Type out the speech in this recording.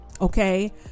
Okay